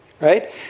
Right